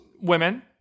women